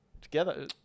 together